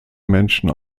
menschen